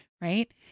Right